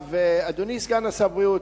אדוני סגן שר הבריאות,